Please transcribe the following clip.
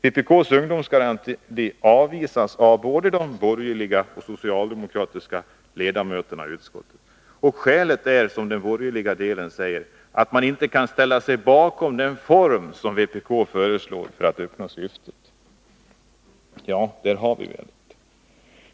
Vpk:s ungdomsgaranti avvisas av både de borgerliga och de socialdemokratiska ledamöterna i utskottet. Skälet är, som den borgerliga delen av utskottet säger, att man inte kan ställa sig bakom den form som vpk föreslår för att uppnå syftet. Ja, där har vi det.